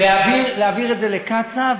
להעביר את זה לקצא"א,